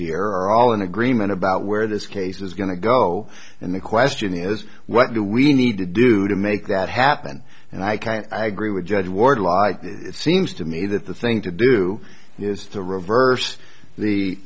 here are all in agreement about where this case is going to go and the question is what do we need to do to make that happen and i can't i agree with judge wardlaw seems to me that the thing to do is to reverse the